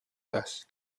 dust